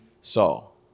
Saul